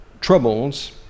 troubles